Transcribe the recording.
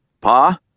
Pa